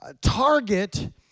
target